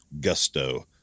gusto